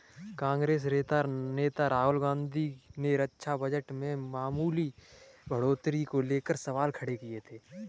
कांग्रेस नेता राहुल गांधी ने रक्षा बजट में मामूली बढ़ोतरी को लेकर सवाल खड़े किए थे